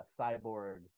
cyborg